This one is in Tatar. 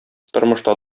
тормышта